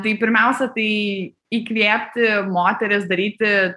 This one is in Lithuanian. tai pirmiausia tai įkvėpti moteris daryti